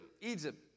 Egypt